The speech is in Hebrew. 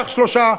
קח שלושה,